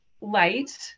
light